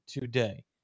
today